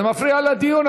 זה מפריע לדיון,